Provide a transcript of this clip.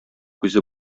күзе